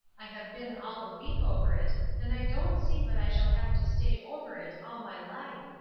i have been all the week over it, and i don't see but i shall have to stay over it all my life.